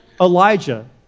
Elijah